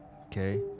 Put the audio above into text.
Okay